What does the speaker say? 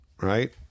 Right